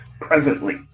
presently